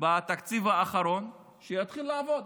בתקציב האחרון שיתחיל לעבוד